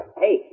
Hey